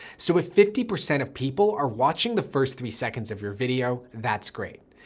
so if fifty percent of people are watching the first three seconds of your video, that's great.